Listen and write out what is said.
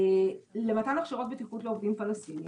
למתן הכשרות בטיחות לעובדים פלסטיניים.